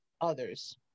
others